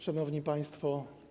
Szanowni Państwo!